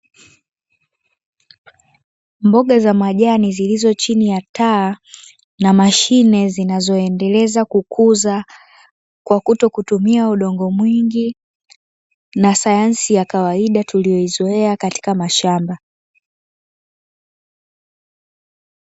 Mboga za majani zilizo chini ya taa na mashine zinazoendeleza kukuza kwa kutokutumia udongo mwingi na sayansi ya kawaida tuliyoizoea katika mashamba.